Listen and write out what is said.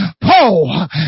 Paul